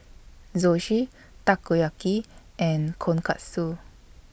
Zosui Takoyaki and Tonkatsu